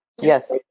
Yes